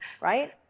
right